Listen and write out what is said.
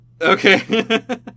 Okay